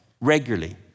regularly